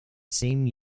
same